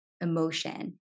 emotion